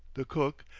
the cook,